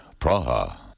Praha